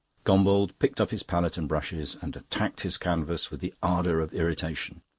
gombauld picked up his palette and brushes and attacked his canvas with the ardour of irritation.